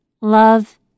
love